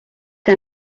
que